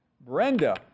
brenda